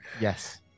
Yes